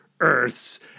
Earths